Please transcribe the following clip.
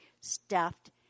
stuffed